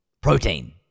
protein